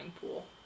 pool